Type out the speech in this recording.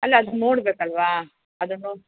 ಅಲ್ಲ ಅದು ನೋಡಬೇಕಲ್ವಾ ಅದನ್ನು ನೋಡಿ